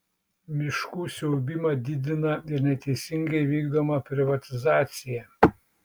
miškų siaubimą didina ir neteisingai vykdoma privatizacija